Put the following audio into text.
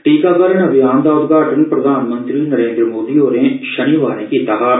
टीकाकरण अभियान दा उदघाटन प्रधानमंत्री नरेन्द्र मोदी होरें शनिवारें कीता हा